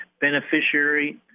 beneficiary